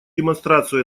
демонстрацию